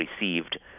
received